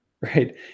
right